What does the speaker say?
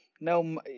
no